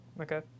okay